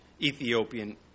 Ethiopian